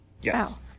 Yes